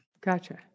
Gotcha